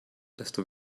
desto